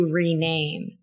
rename